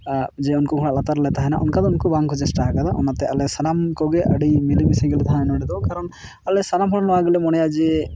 ᱡᱮ ᱩᱱᱠᱩᱣᱟᱜ ᱞᱟᱛᱟᱨ ᱨᱮᱞᱮ ᱛᱟᱦᱮᱱᱟ ᱚᱱᱠᱟ ᱫᱚ ᱩᱱᱠᱩ ᱵᱟᱝ ᱠᱚ ᱪᱮᱥᱴᱟᱣᱟᱠᱟᱫᱟ ᱚᱱᱟᱛᱮ ᱟᱞᱮ ᱥᱟᱱᱟᱢ ᱠᱚᱜᱮ ᱟᱹᱰᱤ ᱢᱤᱞᱮᱢᱤᱥᱮ ᱞᱮ ᱛᱟᱦᱮᱱᱟ ᱱᱚᱰᱮᱫᱚ ᱠᱟᱨᱚᱱ ᱟᱞᱮ ᱥᱟᱱᱟᱢ ᱦᱚᱲ ᱱᱚᱣᱟ ᱜᱮᱞᱮ ᱢᱚᱱᱮᱭᱟ ᱡᱮ